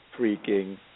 freaking